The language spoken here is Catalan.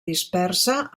dispersa